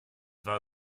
war